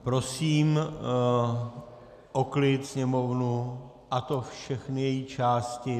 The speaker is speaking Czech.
Prosím o klid sněmovnu, a to všechny její části.